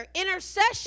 intercession